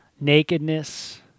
nakedness